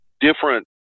different